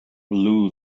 blew